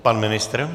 Pan ministr?